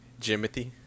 Jimothy